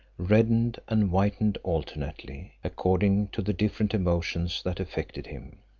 reddened and whitened alternately, according to the different emotions that affected him.